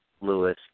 Lewis